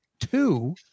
Two